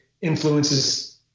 influences